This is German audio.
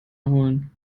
erholen